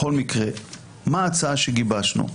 בכל מקרה, מה ההצעה שגיבשנו?